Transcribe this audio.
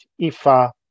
Ifa